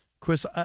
Chris